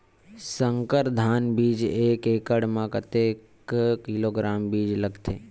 संकर धान बीज एक एकड़ म कतेक किलोग्राम बीज लगथे?